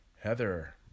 Heather